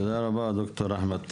תודה רבה, ד"ר אחמד טיבי.